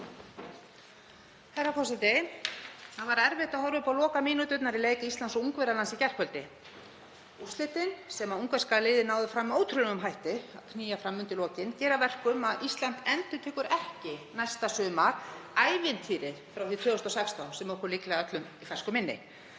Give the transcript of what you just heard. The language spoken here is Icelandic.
Herra forseti. Það var erfitt að horfa upp á lokamínúturnar í leik Íslands og Ungverjalands í gærkvöldi. Úrslitin sem ungverska liðið náði með ótrúlegum hætti að knýja fram undir lokin gera það að verkum að Ísland endurtekur ekki næsta sumar ævintýrið frá því 2016, sem okkur er líklega öllum í fersku minni.